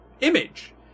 image